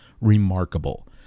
remarkable